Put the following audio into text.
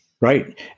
Right